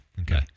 okay